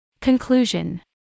Conclusion